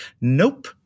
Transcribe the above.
Nope